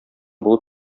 булып